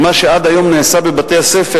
כי מה שעד היום נעשה בבתי-הספר,